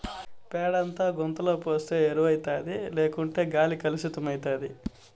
పేడంతా గుంతల పోస్తే ఎరువౌతాది లేకుంటే గాలి కలుసితమైతాది